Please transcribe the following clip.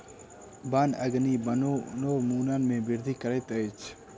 वन अग्नि वनोन्मूलन में वृद्धि करैत अछि